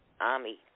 army